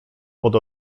pod